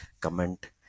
comment